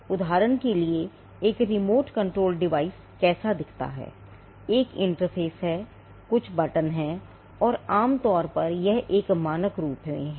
उदाहरण के लिए एक रिमोट कंट्रोल डिवाइस है कुछ बटन हैं और आमतौर पर यह एक मानक रूप में है